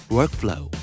Workflow